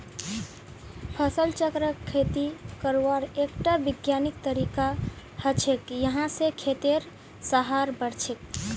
फसल चक्र खेती करवार एकटा विज्ञानिक तरीका हछेक यहा स खेतेर सहार बढ़छेक